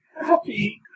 happy